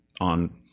on